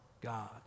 God